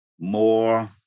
more